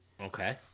okay